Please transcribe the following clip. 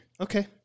Okay